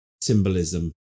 symbolism